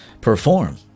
perform